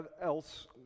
else